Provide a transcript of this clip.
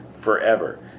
forever